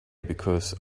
because